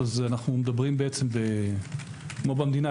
כמו במדינה,